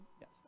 Yes